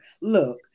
look